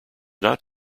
not